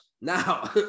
Now